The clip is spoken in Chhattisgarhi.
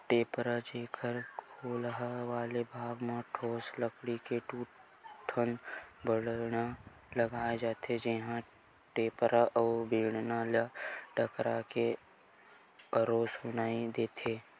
टेपरा, जेखर खोलहा वाले भाग म ठोस लकड़ी के दू ठन बठेना लगाय जाथे, जेहा टेपरा अउ बठेना ले टकरा के आरो सुनई देथे